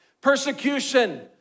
persecution